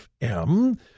FM